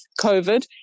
COVID